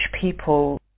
people